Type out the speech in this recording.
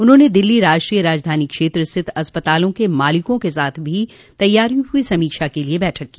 उन्होंने दिल्ली राष्ट्रीय राजधानी क्षेत्र स्थित अस्पतालों के मालिकों के साथ भी तैयारियों की समीक्षा के लिए बैठक की